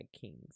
kings